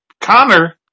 Connor